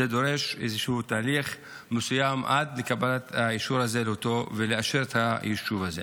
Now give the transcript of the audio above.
זה דורש איזשהו תהליך מסוים עד לקבלת האישור הזה ולאשר את היישוב הזה.